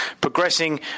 progressing